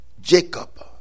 jacob